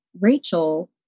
Rachel